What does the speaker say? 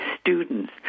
students